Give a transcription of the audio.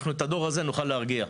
את הדור הזה אנחנו נוכל להרגיע.